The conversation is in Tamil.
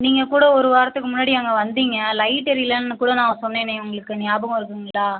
நீங்கள் கூட ஒரு வாரத்துக்கு முன்னாடி அங்கே வந்திங்க லைட் எரியலைன்னு கூட நான் சொன்னேனே உங்களுக்கு ஞாபகம் இருக்குதுங்களா